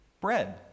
bread